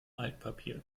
altpapier